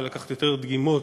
לקחת יותר דגימות